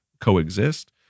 coexist